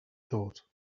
thought